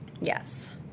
Yes